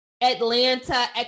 atlanta